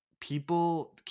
people